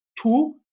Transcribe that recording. two